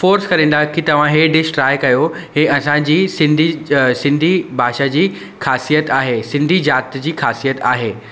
force करींदा कि तव्हां इहा डिश ट्राए कयो इहा असांजी सिंधी सिंधी भाषा जी ख़ास्यत आहे सिंधी जात जी ख़ास्यत आहे